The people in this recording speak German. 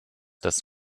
das